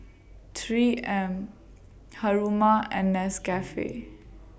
three M Haruma and Nescafe